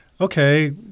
okay